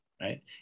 right